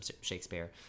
Shakespeare